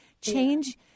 change